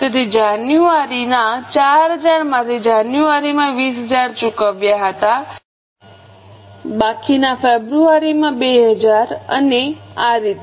તેથી જાન્યુઆરીના 4000 માંથી જાન્યુઆરીમાં 2000 ચૂકવ્યા હતા બાકી ના ફેબ્રુઆરીમાં 2000 અને આ રીતે